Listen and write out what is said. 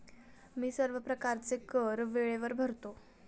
मी सर्व प्रकारचे कर वेळेवर भरतो